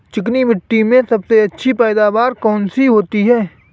चिकनी मिट्टी में सबसे अच्छी पैदावार कौन सी होती हैं?